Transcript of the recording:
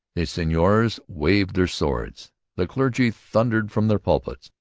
the seigneurs waved their swords. the clergy thundered from their pulpits.